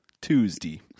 Tuesday